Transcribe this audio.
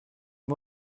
wir